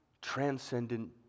Transcendent